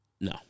No